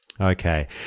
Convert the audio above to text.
Okay